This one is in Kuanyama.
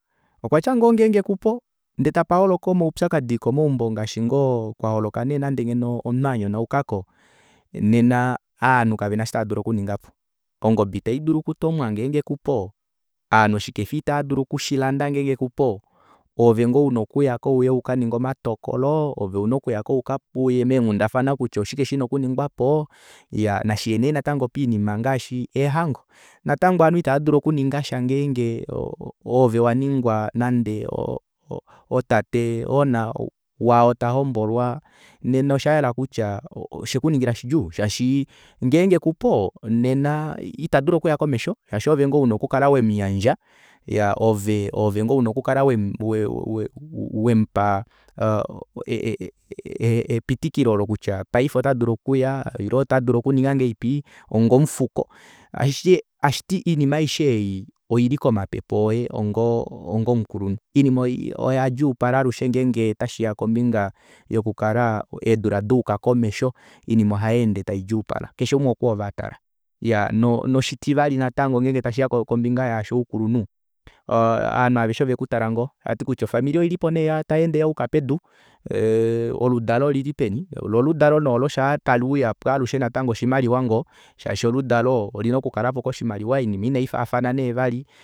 Okwatya ngoo ngeenge kupu ndee tapa holoka omaupyakadi ngaashi ngoo keumbo kwaholoka nande omunhu anyanaukako nena ovanhu kavena osho tava dulu okuningapo ongobe ita idulu okutomwa ngenge kupo ovanhu oshikefa itaadulu okushilanda ngenge kupo oovengoo una okuyako ukaninge omatokolo oove una okuyako okaya meenghundafana kutya oshike shina okuningwapo iyaa nashiye nee natango poinima ngaashi eehangano natango ovanhu itavadulu okuningasha ngenge oo ovewaningwa nande otategona waa oo tahombolwa nena oshayela kutya oshekuningila shidjuu shaashi ngenge kupo nena itadulu okuya komesho shaashi oove ngoo una okukala wemuyandja ove ove ngoo una okukala wemupaa eeee epitikilo olo kutya paife otadulu okuya ile otadulu okuninga ngahelipi onga omufuko tashiti oinima aisheei oili komapepe oye onga omukulunhu oinima oyadjuupala aalushe ngenge otashiya kombinga yokukala eedula dayuka komesho iinima ohaayeende taidjuupala keshe umwe okwoove atala noshitivali natango ngenge otashiya kombinga youkulunhu oo ovanhu aaveshe ovekutala tavati ofamili oilipo tayeende yayuka pedu oludalo olili peni loo oludalo alushe oshimaliwa ngoo shaashi oshimaliwa olina okukalako koshimaliwa oinima inaifaafana nee vali